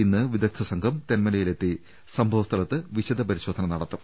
ഇന്ന് വിദഗ്ധൃസംഘം തെന്മ ലയിലെത്തി സംഭവസ്ഥലത്ത് വിശദപരിശോധനി നടത്തും